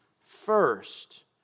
first